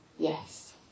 Yes